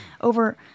over